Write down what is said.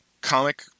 comic